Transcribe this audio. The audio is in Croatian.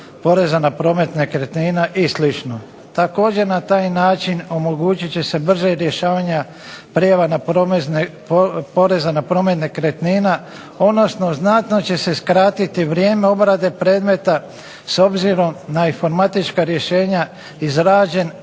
u istom tom pasusu piše, također na taj način omogućit će se brže rješavanje prijava poreza na promet nekretnina, odnosno znatno će se skratiti vrijeme obrade predmeta s obzirom na informatička rješenja.